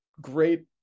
great